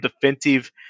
defensive